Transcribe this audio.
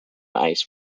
ice